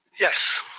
Yes